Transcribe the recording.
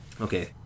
Okay